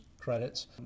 credits